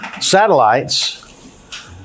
Satellites